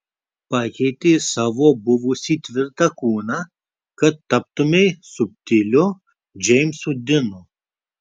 pakeitei savo buvusį tvirtą kūną kad taptumei subtiliu džeimsu dinu